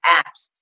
apps